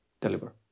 deliver